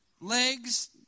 legs